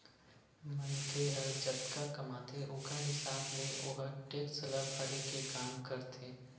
मनखे ह जतका कमाथे ओखर हिसाब ले ओहा टेक्स ल भरे के काम करथे